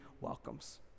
welcomes